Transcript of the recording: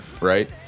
Right